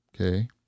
okay